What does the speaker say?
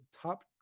top